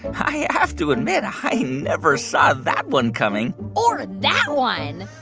i have to admit i never saw that one coming or that one.